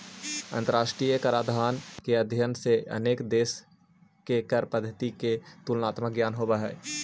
अंतरराष्ट्रीय कराधान के अध्ययन से अनेक देश के कर पद्धति के तुलनात्मक ज्ञान होवऽ हई